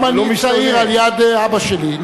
גם אני צעיר ליד אבא שלי.